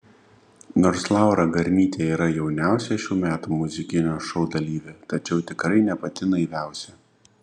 nors laura garnytė yra jauniausia šių metų muzikinio šou dalyvė tačiau tikrai ne pati naiviausia